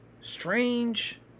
strange